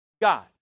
God